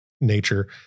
nature